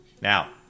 Now